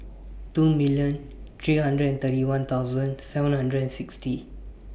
two million three hundred and thirty one thousand seven hundred and sixty